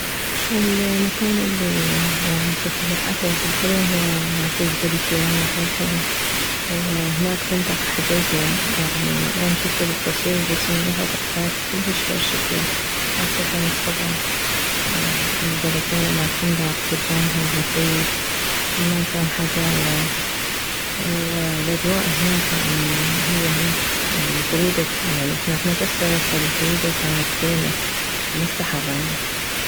المكان الي يعني جنت متوقعته يطلع حلو هو مصيف كلي شيرانه حيل حلو وهناك فندق حجزنا يعني اني شفته بالتصوير بس من رحت احساس كلش غير شكل خاصة الصبح البلكونة مالفندق كدامها المصيف والناس رايحة جاية والاجواء هناك يعني هي هناك البرودة يعني احنا رحنا بالصيف البرودة كانت زينة ما استحرينا